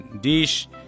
Dish